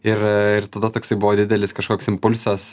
ir ir tada toksai buvo didelis kažkoks impulsas